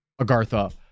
agartha